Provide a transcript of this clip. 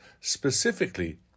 specifically